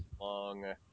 long